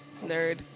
Nerd